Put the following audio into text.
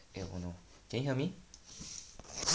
wait can you hear me